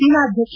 China ಅಧ್ಯಕ್ಷ